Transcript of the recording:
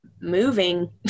moving